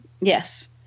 Yes